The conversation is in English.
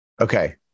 Okay